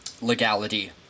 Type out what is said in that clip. legality